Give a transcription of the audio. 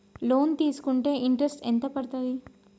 Loan తీస్కుంటే interest ఎంత పడ్తది?